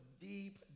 deep